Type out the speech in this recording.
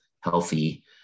healthy